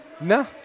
No